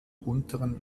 unteren